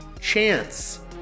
Chance